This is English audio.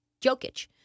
Jokic